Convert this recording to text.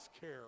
care